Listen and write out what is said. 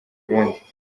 burundi